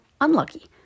unlucky